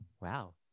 Wow